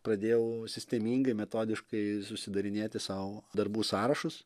pradėjau sistemingai metodiškai susidarinėti sau darbų sąrašus